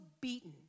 beaten